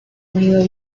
nido